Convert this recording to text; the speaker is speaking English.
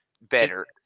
better